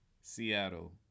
Seattle